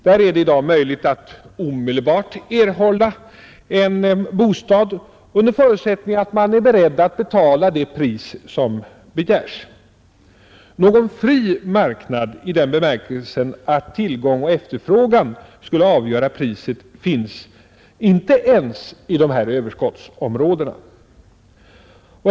Där är det i dag möjligt att omedelbart erhålla en bostad, under förutsättning att man är beredd att betala det pris som begärs. Någon fri marknad i den bemärkelsen att tillgång och efterfrågan skulle avgöra priset finns inte ens i de här överskottsområdena.